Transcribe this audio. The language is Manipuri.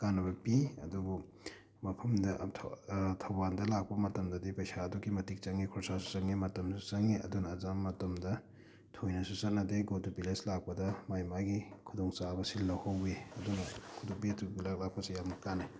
ꯀꯥꯟꯅꯕ ꯄꯤ ꯑꯗꯨꯕꯨ ꯃꯐꯝꯗ ꯊꯧꯕꯥꯜꯗ ꯂꯥꯛꯄ ꯃꯇꯝꯗꯗꯤ ꯄꯩꯁꯥ ꯑꯗꯨꯛꯀꯤ ꯃꯇꯤꯛ ꯆꯪꯉꯤ ꯈꯣꯔꯁꯥꯁꯨ ꯆꯪꯉꯤ ꯃꯇꯝꯁꯨ ꯆꯪꯉꯤ ꯑꯗꯨꯅ ꯑꯗꯨꯝ ꯃꯇꯝꯗ ꯊꯣꯏꯅꯁꯨ ꯆꯠꯅꯗꯦ ꯒꯣ ꯇꯨ ꯚꯤꯂꯦꯖ ꯂꯥꯛꯄꯗ ꯃꯥꯏ ꯃꯥꯏꯒꯤ ꯈꯨꯗꯣꯡꯆꯥꯕꯁꯨ ꯂꯧꯍꯧꯋꯤ ꯑꯗꯨꯅ ꯒꯣ ꯇꯨ ꯚꯤꯂꯦꯖ ꯂꯥꯛꯄꯁꯤ ꯌꯥꯝ ꯀꯥꯟꯅꯩ